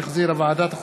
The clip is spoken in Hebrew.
שהחזירה ועדת החוקה,